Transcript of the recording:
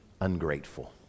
ungrateful